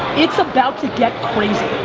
it's about to get crazy.